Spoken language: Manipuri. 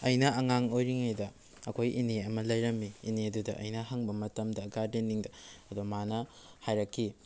ꯑꯩꯅ ꯑꯉꯥꯡ ꯑꯣꯏꯔꯤꯉꯩꯗ ꯑꯩꯈꯣꯏ ꯏꯅꯦ ꯑꯃ ꯂꯩꯔꯝꯃꯤ ꯏꯅꯦꯗꯨꯗ ꯑꯩꯅ ꯍꯪꯕ ꯃꯇꯝꯗ ꯒꯥꯔꯗꯦꯅꯤꯡꯗ ꯑꯗ ꯃꯥꯅ ꯍꯥꯏꯔꯛꯈꯤ